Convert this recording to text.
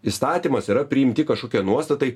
įstatymas yra priimti kažkokie nuostatai